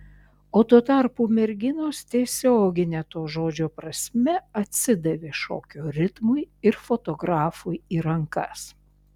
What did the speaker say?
o tuo tarpu merginos tiesiogine to žodžio prasme atsidavė šokio ritmui ir fotografui į rankas